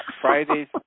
Friday's